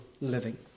living